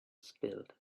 spilled